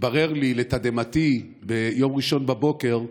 התברר לי לתדהמתי ביום ראשון בבוקר שיש.